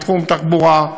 בתחום התחבורה,